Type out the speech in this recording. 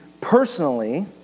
personally